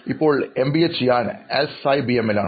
ഇപ്പോൾ ഞാൻ എംബിഎ ചെയ്യാൻ എസ്ഐബിഎമ്മിലാണ്